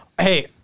hey